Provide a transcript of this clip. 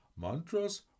mantras